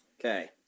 Okay